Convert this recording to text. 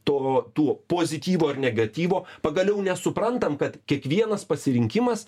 to tų pozityvo ir negatyvo pagaliau nesuprantam kad kiekvienas pasirinkimas